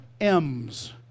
M's